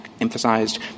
emphasized